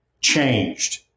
changed